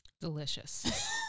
Delicious